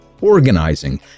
organizing